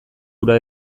ura